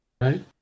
Right